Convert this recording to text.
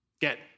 get